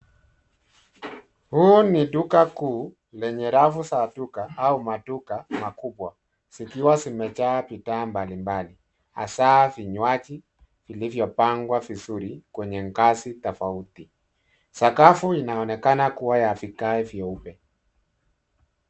Hii ni duka kuu ,lenye rafu za duka au maduka makubwa. Zikiwa zimejaa bidhaa mbali mbali, hasa vinywaji, vilivyo pangwa vizuri kwenye ngazi tofauti. Sakafu inaonekana kuwa ya vigae vyeupe.